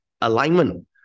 alignment